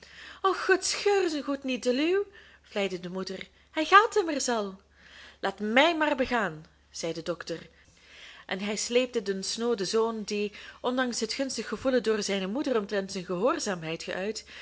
gut scheur zijn goed niet deluw vleide de moeder hij gaat immers al laat mij maar begaan zei de dokter en hij sleepte den snooden zoon die ondanks het gunstig gevoelen door zijne moeder omtrent zijn gehoorzaamheid geuit